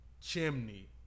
chimney